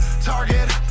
Target